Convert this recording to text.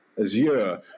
azure